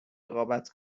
رقابت